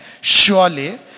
Surely